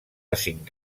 cinc